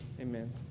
Amen